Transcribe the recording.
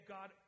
God